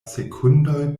sekundoj